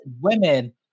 women